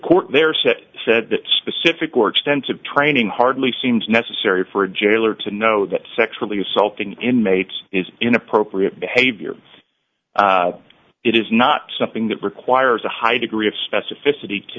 court there said it said that specific or extensive training hardly seems necessary for a jailer to know that sexually assaulting inmates is inappropriate behavior it is not something that requires a high degree of specificity to